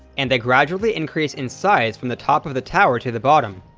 and they gradually increase in size from the top of the tower to the bottom.